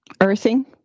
Earthing